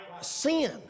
sin